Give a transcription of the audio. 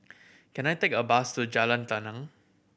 can I take a bus to Jalan Tenang